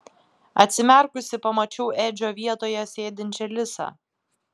atsimerkusi pamačiau edžio vietoje sėdinčią lisą